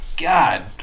god